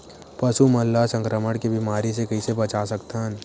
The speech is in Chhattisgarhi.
पशु मन ला संक्रमण के बीमारी से कइसे बचा सकथन?